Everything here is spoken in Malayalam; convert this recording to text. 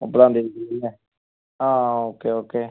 മുപ്പതാം തിയതി അല്ലെ അതെ ഓക്കേ ഓക്കേ